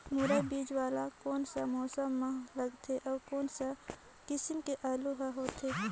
मुरई बीजा वाला कोन सा मौसम म लगथे अउ कोन सा किसम के आलू हर होथे?